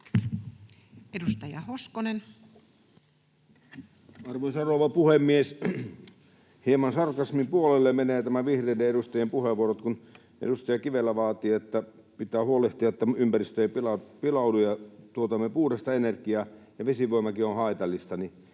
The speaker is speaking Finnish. Edustaja Hoskonen. Arvoisa rouva puhemies! Hieman sarkasmin puolelle menevät nämä vihreiden edustajien puheenvuorot, kun edustaja Kivelä vaatii, että pitää huolehtia, että ympäristö ei pilaannu ja tuotamme puhdasta energiaa, ja vesivoimakin on haitallista.